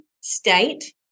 state